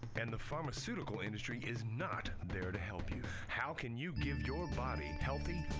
and the pharmaceutical industry is not there to help you. how can you give your body healthy,